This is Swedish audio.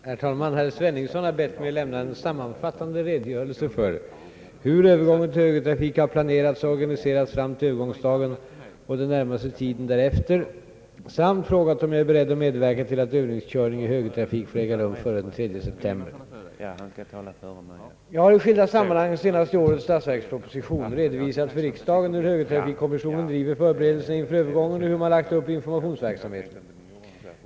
Herr talman! Herr Sveningsson har bett mig lämna en sammanfattande redogörelse för hur övergången till högertrafik har planerats och organiserats fram till övergångsdagen och den närmaste tiden därefter samt frågat om jag är beredd att medverka till att övningskörning i högertrafik får äga rum före den 3 september. Jag har i skilda sammanhang — senast i årets statsverksproposition — redovisat för riksdagen hur högertrafikkommissionen driver förberedelserna inför övergången och hur man lagt upp informationsverksamheten.